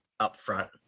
upfront